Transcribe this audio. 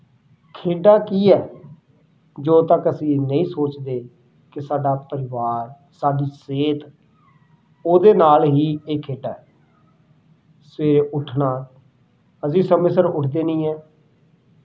ਖੇਡਾਂ ਕੀ ਹੈ ਜਦੋਂ ਤੱਕ ਅਸੀਂ ਨਹੀਂ ਸੋਚਦੇ ਕਿ ਸਾਡਾ ਪਰਿਵਾਰ ਸਾਡੀ ਸਿਹਤ ਉਹਦੇ ਨਾਲ ਹੀ ਇਹ ਖੇਡਾਂ ਹੈ ਸਵੇਰੇ ਉੱਠਣਾ ਅਸੀਂ ਸਮੇਂ ਸਿਰ ਉੱਠਦੇ ਨਹੀਂ ਹੈ